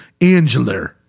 Angela